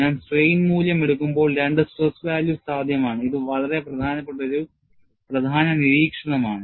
ഞാൻ സ്ട്രെയിൻ മൂല്യം എടുക്കുമ്പോൾ രണ്ടു സ്ട്രെസ് വാല്യൂസ് സാധ്യമാണ് ഇത് വളരെ പ്രധാനപ്പെട്ട ഒരു പ്രധാന നിരീക്ഷണമാണ്